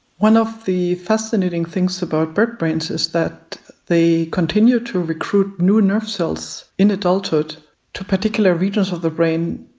one of the fascinating things about bird brains is that they continue to recruit new nerve cells in adulthood to particular regions of the brain,